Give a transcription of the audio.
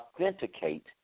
authenticate